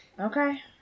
Okay